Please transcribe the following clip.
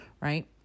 Right